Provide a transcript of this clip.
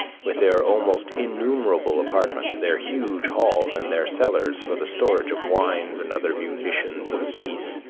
with their almost innumerable apartments, their huge halls and their cellars for the storage of wines and other munitions of peace,